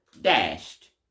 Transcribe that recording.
dashed